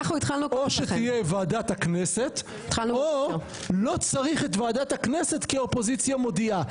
או שתהיה ועדת הכנסת או לא צריך את ועדת הכנסת כי האופוזיציה מודיעה.